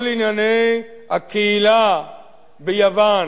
כל ענייני הקהילה ביוון,